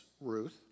Ruth